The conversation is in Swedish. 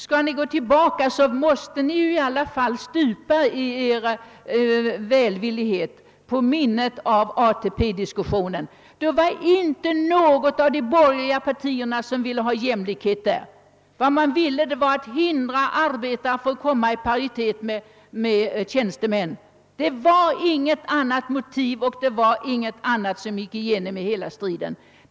Skall ni gå tillbaka måste ni i alla fall stupa i er välvillighet på minnet av ATP-diskussionen. Då var det inte något av de borgerliga partierna som ville ha jämlikhet. Vad man ville var att hindra arbetarna från att komma i paritet med tjänstemännen. Det fanns inget annat motiv; det gick som en tråd genom hela striden.